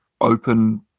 open